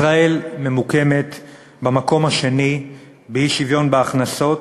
ישראל ממוקמת במקום השני באי-שוויון בהכנסות,